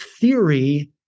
theory